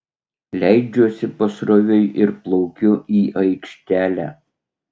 leidžiuosi pasroviui ir plaukiu į aikštelę